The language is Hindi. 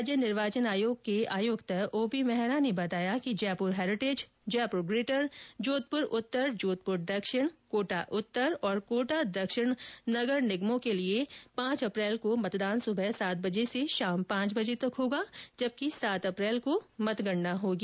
राज्य निर्वाचन आयोग के आयुक्त ओपी मेहरा ने बताया कि जयपुर हेरिटेज जयपुर ग्रेटर जोधपुर उत्तर जोधपुर दक्षिण कोटा उत्तर और कोटा दक्षिण नगर निगम के लिए आगामी पांच अप्रैल को मतदान सुबह सात से शाम पांच बजे तक कराया जायेगा जबकि सात अप्रैल को मतगणना होगी